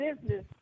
business